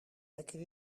lekker